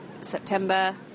September